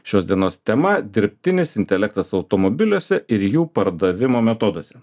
šios dienos tema dirbtinis intelektas automobiliuose ir jų pardavimo metoduose